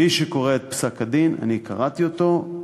מי שקורא את פסק-הדין, אני קראתי אותו,